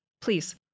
Please